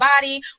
body